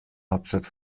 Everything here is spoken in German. hauptstadt